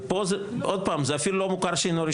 חלילה,